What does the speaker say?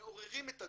מעוררים את הדיון,